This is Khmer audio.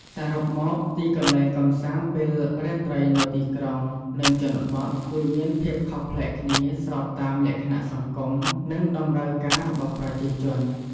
សរុបមក ទីកន្លែងកម្សាន្តពេលរាត្រីនៅទីក្រុង និងជនបទ គឺមានភាពខុសប្លែកគ្នាស្របតាមលក្ខណៈសង្គម និងតម្រូវការរបស់ប្រជាជន ។